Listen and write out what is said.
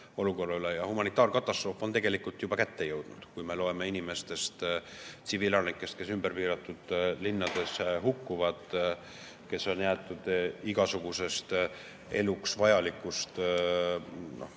Humanitaarkatastroof on tegelikult juba kätte jõudnud. Me loeme inimestest, tsiviilelanikest, kes ümber piiratud linnades hukkuvad, kes on jäetud igasugustest eluks vajalikest